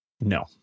No